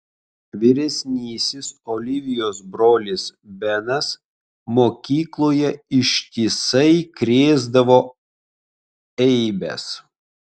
vyresnysis olivijos brolis benas mokykloje ištisai krėsdavo eibes